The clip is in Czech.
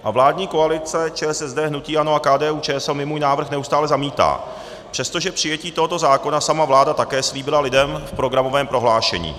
A vládní koalice ČSSD, hnutí ANO a KDUČSL mi můj návrh neustále zamítá, přestože přijetí tohoto zákona sama vláda také slíbila lidem v programovém prohlášení.